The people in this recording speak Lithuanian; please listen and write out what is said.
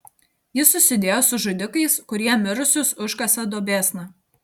jis susidėjo su žudikais kurie mirusius užkasa duobėsna